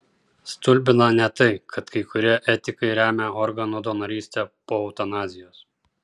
stulbina ne tai kad kai kurie etikai remia organų donorystę po eutanazijos